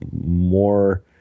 More